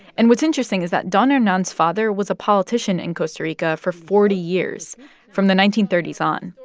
and what's interesting is that don hernan's father was a politician in costa rica for forty years from the nineteen thirty s on,